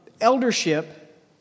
eldership